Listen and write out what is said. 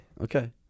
Okay